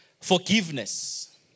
forgiveness